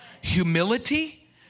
humility